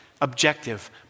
objective